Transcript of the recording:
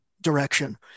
direction